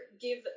give